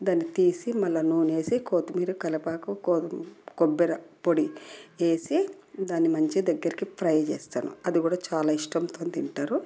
దాన్ని తీసి మళ్ళీ నూనె వేసి కొత్తిమీర కరివేపాకు కొబ్బరి పొడి వేసి దాన్ని మంచి దగ్గరికి ఫ్రై చేస్తాను అది కూడా చాలా ఇష్టం తోని తింటారు